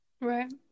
Right